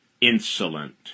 insolent